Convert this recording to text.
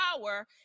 power